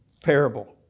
parable